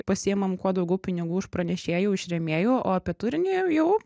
pasiimam kuo daugiau pinigų iš pranešėjų iš rėmėjų o apie turinį jau